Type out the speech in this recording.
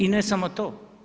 I ne samo to.